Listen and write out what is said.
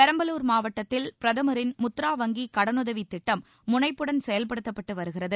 பெரம்பலூர் மாவட்டத்தில் பிரதமரின் முத்ரா வங்கிக் கடனுதவி திட்டம் முனைப்புடன் செயல்படுத்தப்பட்டு வருகிறது